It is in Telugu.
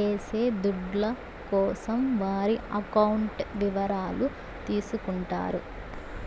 ఏసే దుడ్ల కోసం వారి అకౌంట్ ఇవరాలు తీసుకుంటారు